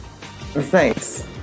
thanks